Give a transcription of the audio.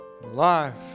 life